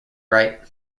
right